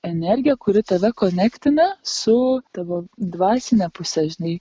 energija kuri tave konektina su tavo dvasine puse žinai